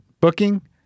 Booking